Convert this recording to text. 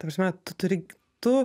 ta prasme tu turi tu